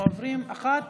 אנחנו עוברים אחת